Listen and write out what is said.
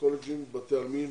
בקולג'ים ובבתי עלמין